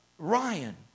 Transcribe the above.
Ryan